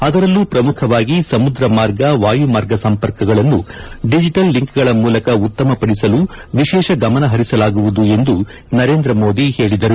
ಅದರಲ್ಲೂ ಪ್ರಮುಖವಾಗಿ ಸಮುದ್ರ ಮಾರ್ಗ ವಾಯುಮಾರ್ಗ ಸಂಪರ್ಕಗಳನ್ನು ಡಿಜೆಟಲ್ ಲಿಂಕ್ಗಳ ಮೂಲಕ ಉತ್ತಮಪಡಿಸಲು ವಿಶೇಷ ಗಮನ ಹರಿಸಲಾಗುವುದು ಎಂದು ನರೇಂದ್ರ ಮೋದಿ ಹೇಳಿದರು